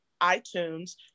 iTunes